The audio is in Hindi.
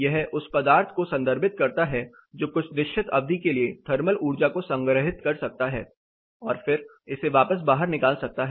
यह उस पदार्थ को संदर्भित करता है जो कुछ निश्चित अवधि के लिए थर्मल ऊर्जा को संग्रहित कर सकता है और फिर इसे वापस बाहर निकाल सकता है